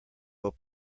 will